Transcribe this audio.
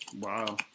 Wow